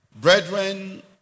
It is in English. brethren